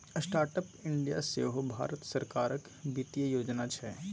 startup India सेहो भारत सरकारक बित्तीय योजना छै